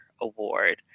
Award